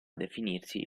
definirsi